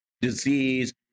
disease